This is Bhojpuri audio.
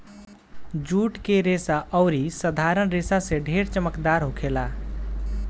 जुट के रेसा अउरी साधारण रेसा से ढेर चमकदार होखेला